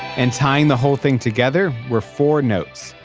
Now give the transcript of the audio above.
and tying the whole thing together were four notes.